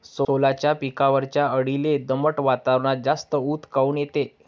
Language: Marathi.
सोल्याच्या पिकावरच्या अळीले दमट वातावरनात जास्त ऊत काऊन येते?